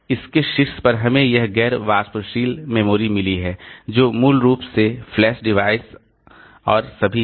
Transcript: इसके शीर्ष पर हमें यह गैर वाष्पशील मेमोरी मिली हैं जो मूल रूप से फ्लैश डिवाइस और सभी हैं